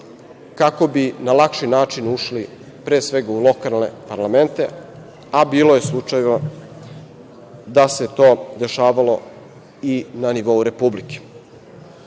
kako bi na lakši način ušli, pre svega, u lokalne parlamente, a bilo je slučajeva da se to dešavalo i na nivou Republike. Ja,